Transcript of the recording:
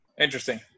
Interesting